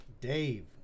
Dave